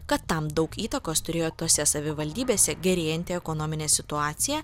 kad tam daug įtakos turėjo tose savivaldybėse gerėjanti ekonominė situacija